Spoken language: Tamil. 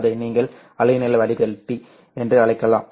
இதை நீங்கள் அலைநீள வடிகட்டி என்று அழைக்கலாம்